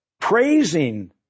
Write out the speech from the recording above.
praising